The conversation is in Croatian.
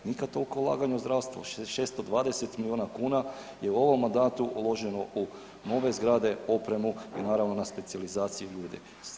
Nikad toliko ulaganja u zdravstvo 620 miliona kuna je u ovom mandatu uloženo u nove zgrade, opremu i naravno na specijalizacije i ljude.